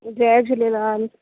Jay Jhulelal